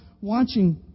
watching